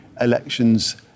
elections